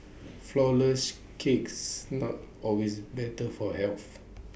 Flourless Cakes not always better for health